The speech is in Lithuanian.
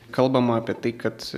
kalbama apie tai kad